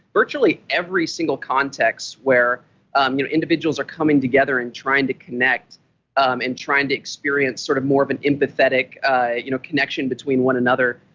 virtually every single context where um you know individuals are coming together and trying to connect um and trying to experience sort of more of an empathetic you know connection between one another,